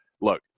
look